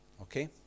Okay